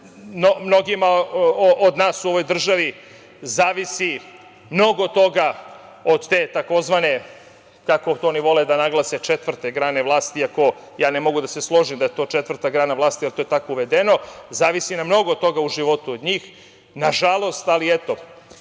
mnogima od nas u ovoj državi zavisi mnogo toga od te tzv, kako to oni vole da naglase, četvrte grane vlasti, iako ja ne mogu da se složim da je to četvrta grana vlasti, jer to je tako uvedeno, zavisi nam mnogo toga u životu od njih. Na žalost, ali eto,